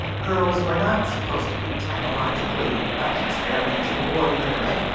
girls were not supposed to be technologically experimenting or literate.